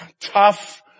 tough